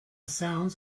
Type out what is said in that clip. sounds